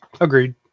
Agreed